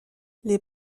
les